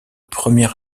premier